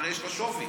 הרי יש לה שווי,